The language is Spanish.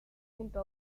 junto